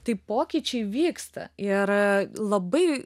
tai pokyčiai vyksta ir labai